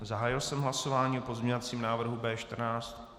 Zahájil jsem hlasování o pozměňovacím návrhu B14.